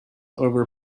over